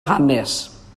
hanes